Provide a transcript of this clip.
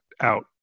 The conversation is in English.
out